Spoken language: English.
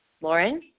lauren